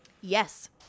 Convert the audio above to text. Yes